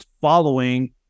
following